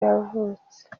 yavutse